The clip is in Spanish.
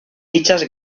dichas